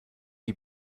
die